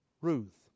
Ruth